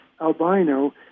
albino